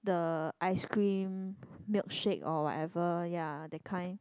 the ice cream milkshake or whatever ya the kind